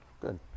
Good